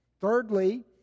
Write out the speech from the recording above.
Thirdly